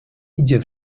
idzie